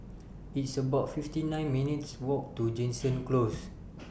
It's about fifty nine minutes' Walk to Jansen Close